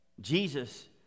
Jesus